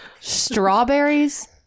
Strawberries